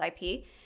IP